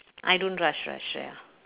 I don't rush rush ya